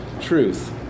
truth